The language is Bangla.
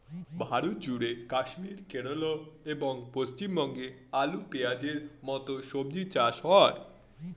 ভারতজুড়ে কাশ্মীর, কেরল এবং পশ্চিমবঙ্গে আলু, পেঁয়াজের মতো সবজি চাষ হয়